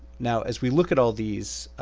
now as we look at all these,